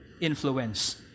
influence